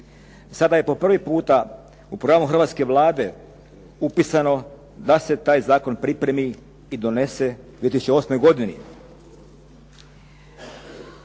Sada je po prvi puta u pravo hrvatske Vlade upisano da se taj zakon pripremi i donese u 2008. godini.